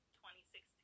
2016